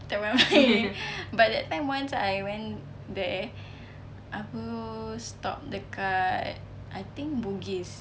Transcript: tak pernah pergi but that time once I went there aku stop dekat I think bugis